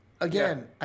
Again